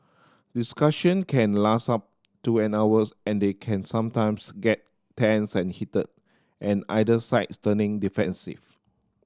discussion can last up to an hours and they can sometimes get tense and heated and either sides turning defensive